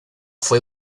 fue